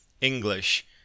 English